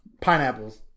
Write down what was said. Pineapples